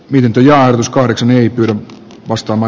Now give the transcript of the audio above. miten tyllialuskaudeksi niityltä ostama